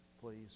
please